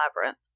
labyrinth